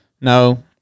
no